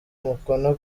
umukono